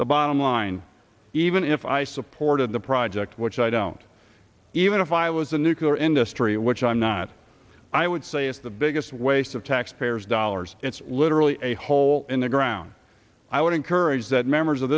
the bottom line even if i supported the project which i don't even if i was a nuclear industry which i'm not i would say it's the big this waste of taxpayers dollars it's literally a hole in the ground i would encourage that members of